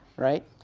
right.